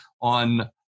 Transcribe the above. on